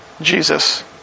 Jesus